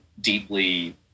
deeply